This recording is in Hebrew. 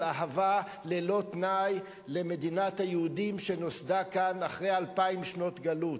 של אהבה ללא תנאי למדינת היהודים שנוסדה כאן אחרי אלפיים שנות גלות.